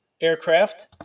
aircraft